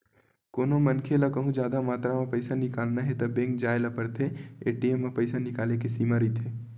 कोनो मनखे ल कहूँ जादा मातरा म पइसा निकालना हे त बेंक जाए ल परथे, ए.टी.एम म पइसा निकाले के सीमा रहिथे